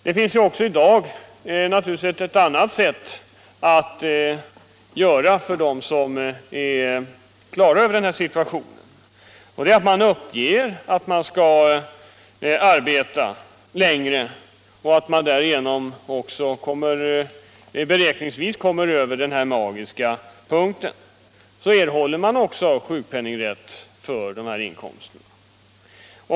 De som är på det klara med situationen kan redan i dag förfara på ett annat sätt, nämligen uppge att man skall arbeta längre tid än man skall och därigenom beräkningsvis komma över den magiska gränsen. Då erhåller man också sjukpenningrätt för inkomsten.